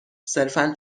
صرفا